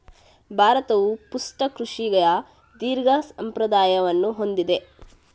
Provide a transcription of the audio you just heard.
ಭಾರತವು ಪುಷ್ಪ ಕೃಷಿಯ ದೀರ್ಘ ಸಂಪ್ರದಾಯವನ್ನು ಹೊಂದಿದೆ